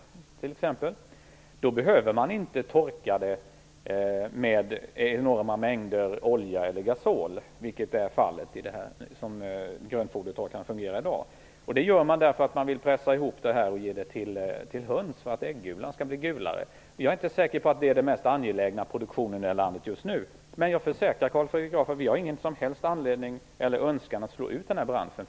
Då behöver man inte torka det med enorma mängder olja eller gasol, vilket är fallet med grönfodertorkarna som de fungerar i dag. Man pressar ihop vallen och ger det till höns för att äggulan skall bli gulare. Jag är inte säker på att detta är den mest angelägna produktionen i det här landet just nu. Men jag försäkrar Carl Fredrik Graf att vi inte har någon som helst anledning eller önskan att slå ut denna bransch.